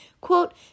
quote